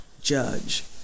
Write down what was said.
judge